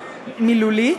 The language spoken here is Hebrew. מילולית,